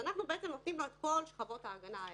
ככל שהייתה טעות אמיתית או היה ויכוח אמיתי,